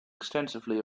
extensively